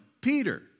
Peter